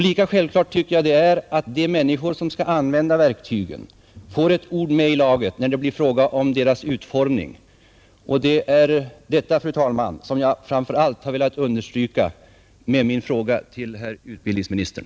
Lika självklart tycker jag det är att de människor som skall använda verktygen får ett ord med i laget vid deras utformning. Det är detta, fru talman, som jag framför allt har velat understryka med min fråga till utbildningsministern.